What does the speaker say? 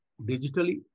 digitally